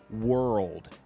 world